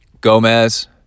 Gomez